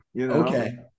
Okay